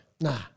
Nah